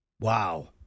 Wow